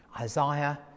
Isaiah